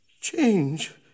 change